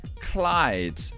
Clyde